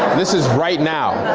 this is right now.